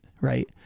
right